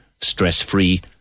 stress-free